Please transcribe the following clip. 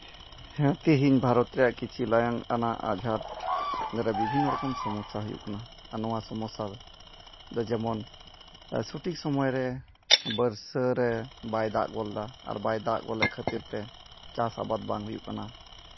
ᱦᱮᱸ ᱛᱮᱦᱤᱧ ᱵᱷᱟᱨᱚᱛ ᱨᱮᱭᱟᱜ ᱠᱤᱪᱷᱤ ᱞᱟᱭᱚᱝ ᱟᱱᱟᱜ ᱟᱸᱡᱷᱟᱴ ᱫᱟᱨᱟ ᱵᱤᱵᱷᱤᱱᱱᱚ ᱨᱚᱠᱚᱢ ᱥᱚᱢᱚᱥᱥᱟ ᱦᱩᱭᱩᱜ ᱠᱟᱱᱟ ᱟᱨ ᱱᱚᱣᱟ ᱥᱚᱢᱚᱥᱥᱟ ᱫᱚ ᱡᱮᱢᱚᱱ ᱥᱚᱴᱷᱤᱠ ᱥᱚᱢᱚᱭ ᱨᱮ ᱵᱚᱨᱥᱟᱹ ᱨᱮ ᱵᱟᱭ ᱫᱟᱜ ᱜᱚᱫ ᱮᱫᱟ ᱟᱨ ᱵᱟᱭ ᱫᱟᱜ ᱜᱚᱫ ᱮᱫ ᱠᱷᱟᱹᱛᱤᱨ ᱛᱮ ᱪᱟᱥ ᱟᱵᱟᱫ ᱵᱟᱝ ᱦᱩᱭᱩᱜ ᱠᱟᱱᱟ